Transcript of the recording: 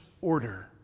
order